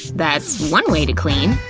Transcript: that's one way to clean!